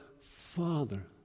Father